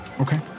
Okay